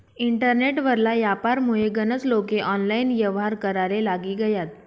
internet वरला यापारमुये गनज लोके ऑनलाईन येव्हार कराले लागी गयात